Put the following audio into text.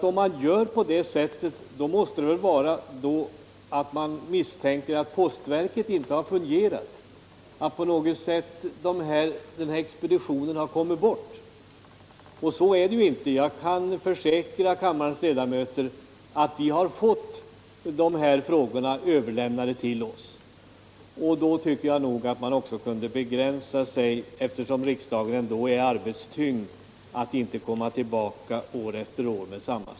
Om man gör på det sättet måste orsaken vara att man misstänker att postverket inte fungerar, att expeditionen på något sätt kommit bort! Så är det ju inte. Jag kan försäkra kammarens ledamöter att vi har fått dessa frågor överlämnade till oss i utredningen. Då tycker jag nog att man inte år efter år borde komma tillbaka med samma yrkanden.